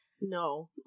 No